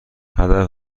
هدف